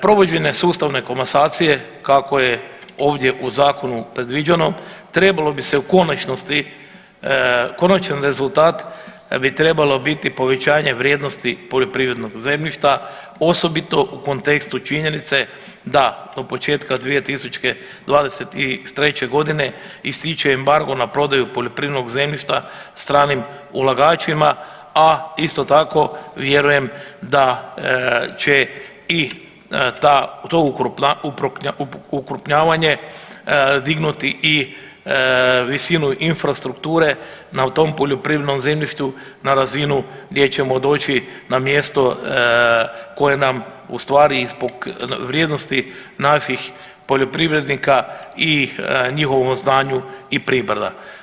Provođenje sustavne komasacije kako je ovdje u zakonu predviđeno trebalo bi se u konačnosti, konačan rezultat bi trebalo biti povećanje vrijednosti poljoprivrednog zemljišta osobito u kontekstu činjenice da do početka 2023. godine ističe embargo na prodaju poljoprivrednog zemljišta stranim ulagačima, a isto tako vjerujem da će i ta, to okrupnjavanje dignuti i visinu infrastrukture na tom poljoprivrednom zemljištu na razinu gdje ćemo doći na mjesto koje nam u stvari i zbog vrijednosti naših poljoprivrednika i njihovom znanju i pripada.